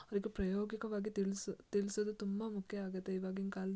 ಅವ್ರಿಗೆ ಪ್ರಾಯೋಗಿಕವಾಗಿ ತಿಳ್ಸಿ ತಿಳಿಸೋದು ತುಂಬ ಮುಖ್ಯ ಆಗುತ್ತೆ ಇವಾಗಿನ ಕಾಲದಲ್ಲಿ